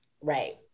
Right